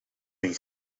een